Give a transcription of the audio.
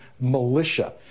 militia